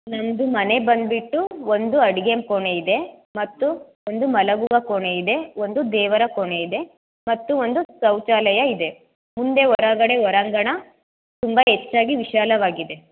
ನನ್ನದು ಮನೆ ಬಂದ್ಬಿಟ್ಟು ಒಂದು ಅಡುಗೆ ಕೋಣೆ ಇದೆ ಮತ್ತು ಒಂದು ಮಲಗುವ ಕೋಣೆ ಇದೆ ಒಂದು ದೇವರ ಕೋಣೆ ಇದೆ ಮತ್ತು ಒಂದು ಶೌಚಾಲಯ ಇದೆ ಮುಂದೆ ಹೊರಗಡೆ ಹೊರಾಂಗಣ ತುಂಬ ಹೆಚ್ಚಾಗಿ ವಿಶಾಲವಾಗಿದೆ